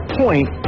point